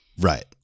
Right